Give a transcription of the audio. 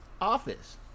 office